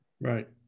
Right